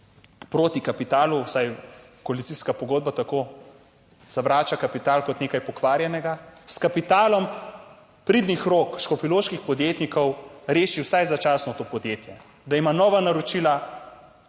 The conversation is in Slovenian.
proti kapitalu, vsaj koalicijska pogodba tako zavrača kapital kot nekaj pokvarjenega, s kapitalom pridnih rok škofjeloških podjetnikov rešil vsaj začasno to podjetje, da ima nova naročila,